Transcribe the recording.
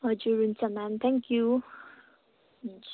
हजुर हुन्छ ma'am thank you